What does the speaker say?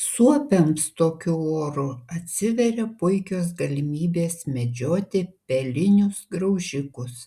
suopiams tokiu oru atsiveria puikios galimybės medžioti pelinius graužikus